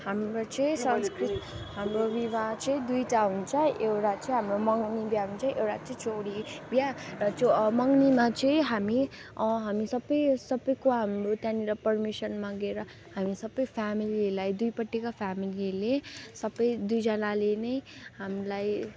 हाम्रो चाहिँ संस्कृत हाम्रो विवाह चाहिँ दुईवटा हुन्छ एउटा चाहिँ हाम्रो मगनी विवाह हुन्छ एउटा चाहिँ चोरी विवाह र त्यो मगनीमा चाहिँ हामी हामी सबै सबैको हाम्रो त्यहाँनिर पर्मिसन मागेर हामी सबै फेमेलीलाई दुईपटिको फेमेलीले सबै दुईजनाले नै हामीलाई